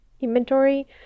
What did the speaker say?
inventory